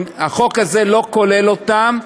החוק הזה אינו כולל אותם.